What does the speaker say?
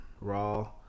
raw